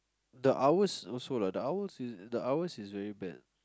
the hours also lah the hours is the hours is very bad